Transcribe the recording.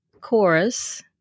chorus